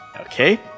Okay